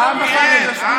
העם לא בחר בבנט.